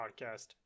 Podcast